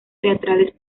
teatrales